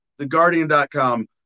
TheGuardian.com